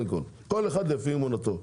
כל אחד לפי אמונתו.